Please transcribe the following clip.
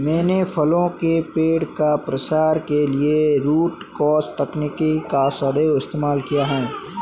मैंने फलों के पेड़ का प्रसार के लिए रूट क्रॉस तकनीक का सदैव इस्तेमाल किया है